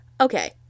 Okay